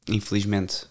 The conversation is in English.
Infelizmente